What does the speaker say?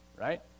right